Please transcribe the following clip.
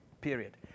Period